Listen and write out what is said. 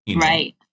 right